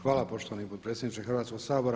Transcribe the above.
Hvala poštovani potpredsjedniče Hrvatskog sabora.